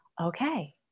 okay